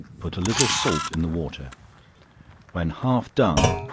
put a little salt in the water when half done,